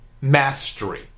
mastery